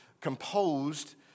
composed